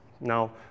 Now